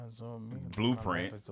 Blueprint